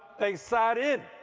they sat in.